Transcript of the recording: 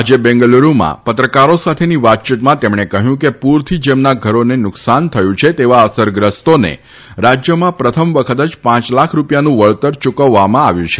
આજે બેંગલુરૂમાં પત્રકારો સાથેની વાતચીતમાં તેમણે કહ્યું કે પૂરથી જેમના ઘરને નુકશાન થયું છે તેવા અસરગ્રસ્તોને રાજ્યમાં પ્રથમ વખત જ પાંચ લાખ રૂપિયાનું વળતર યુકવવામાં આવ્યું છે